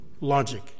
logic